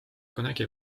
kunagi